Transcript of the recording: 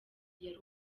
yari